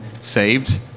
saved